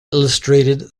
illustrated